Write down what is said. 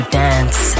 dance